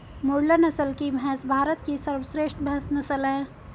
मुर्रा नस्ल की भैंस भारत की सर्वश्रेष्ठ भैंस नस्ल है